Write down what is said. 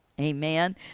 Amen